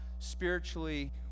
Spiritually